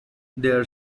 their